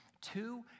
two